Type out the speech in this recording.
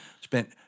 Spent